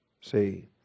See